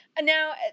now